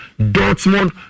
Dortmund